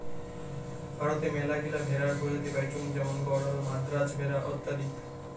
ভারতে মেলাগিলা ভেড়ার প্রজাতি পাইচুঙ যেমন গরল, মাদ্রাজ ভেড়া অত্যাদি